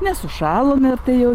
nesušalome ir tai jau